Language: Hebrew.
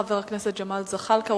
חבר הכנסת ג'מאל זחאלקה,